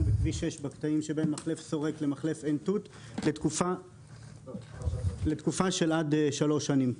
בכביש 6 בקטעים שבין מחלף שורק למחלף עין תות לתקופה של עד שלוש שנים.